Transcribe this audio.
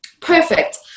Perfect